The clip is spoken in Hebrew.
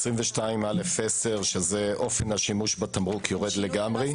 22א10 שזה אופן השימוש בתמרוק - יורד לגמרי?